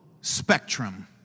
spectrum